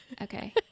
okay